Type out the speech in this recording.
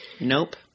Nope